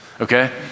okay